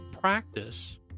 practice